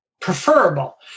preferable